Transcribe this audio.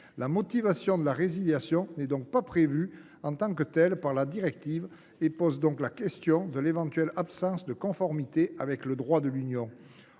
La motivation de la résiliation n’est donc pas prévue en tant que telle par la directive, ce qui pose la question de l’éventuelle absence de conformité avec le droit de l’Union.